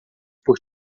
por